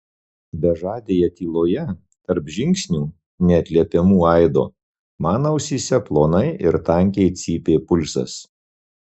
bežadėje tyloje tarp žingsnių neatliepiamų aido man ausyse plonai ir tankiai cypė pulsas